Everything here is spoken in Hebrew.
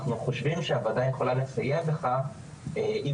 אנחנו חושבים שהוועדה יכולה לסייע בכך אם